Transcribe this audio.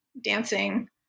dancing